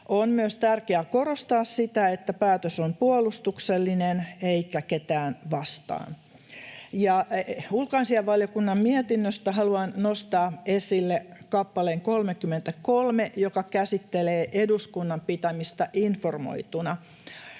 On myös tärkeää korostaa sitä, että päätös on puolustuksellinen eikä ketään vastaan. Ulkoasiainvaliokunnan mietinnöstä haluan nostaa esille kappaleen 33, joka käsittelee eduskunnan pitämistä informoituna.